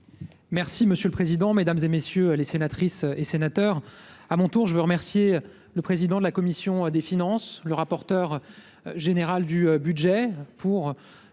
Merci monsieur le président, Mesdames, et messieurs les sénatrices et sénateurs à mon tour je veux remercier le président de la commission des finances le rapporteur. Général du budget